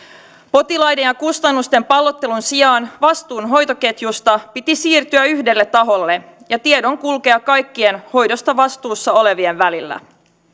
potilaiden ja kustannusten pallottelun sijaan vastuun hoitoketjusta piti siirtyä yhdelle taholle ja tiedon kulkea kaikkien hoidosta vastuussa olevien välillä